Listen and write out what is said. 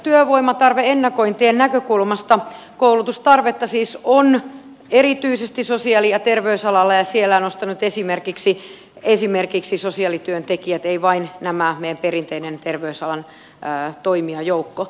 työvoimatarve ennakointien näkökulmasta koulutustarvetta siis on erityisesti sosiaali ja terveysalalla ja siellä olen nostanut esimerkiksi sosiaalityöntekijät en vain tätä meidän perinteisen terveysalan toimijajoukkoa